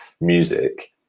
music